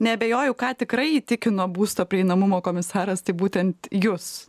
neabejoju ką tikrai įtikino būsto prieinamumo komisaras tai būtent jus